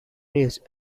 raised